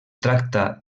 tracta